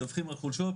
מדווחים על חולשות,